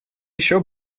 еще